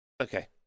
okay